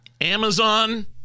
Amazon